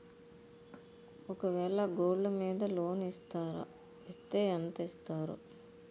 ఒక వేల గోల్డ్ మీద లోన్ ఇస్తారా? ఇస్తే ఎంత ఇస్తారు?